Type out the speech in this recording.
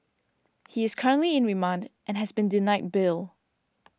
he is currently in remand and has been denied bail